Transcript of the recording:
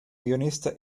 guionista